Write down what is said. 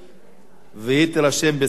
והוא יירשם בספר החוקים.